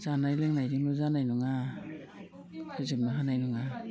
जानाय लोंनायजोंल' जानाय नङा फोजोबनो हानाय नङा